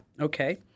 Okay